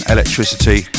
Electricity